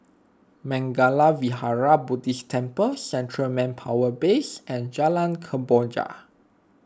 Mangala Vihara Buddhist Temple Central Manpower Base and Jalan Kemboja